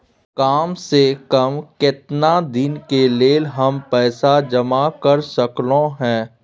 काम से कम केतना दिन के लेल हम पैसा जमा कर सकलौं हैं?